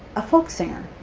a folk singer.